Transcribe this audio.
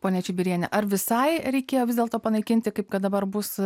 ponia čibirienė ar visai reikėjo vis dėlto panaikinti kaip kad dabar bus